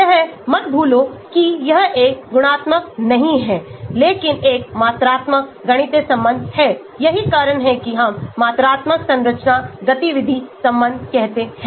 यह मत भूलो कि यह एक गुणात्मक नहीं है लेकिन एक मात्रात्मक गणितीय संबंध है यही कारण है कि हम मात्रात्मक संरचना गतिविधि संबंध कहते हैं